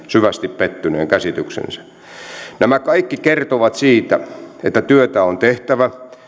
syvästi pettyneen käsityksensä tämä kaikki kertoo siitä että työtä on tehtävä